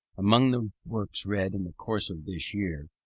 among the works read in the course of this year,